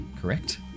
correct